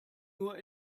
nur